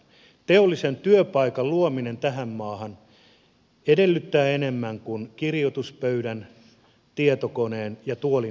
teollisen työpaikan luominen tähän maahan edellyttää enemmän kuin kirjoituspöydän tietokoneen ja tuolin hankkimista